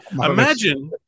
imagine